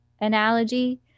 analogy